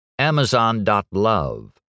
Amazon.love